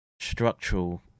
structural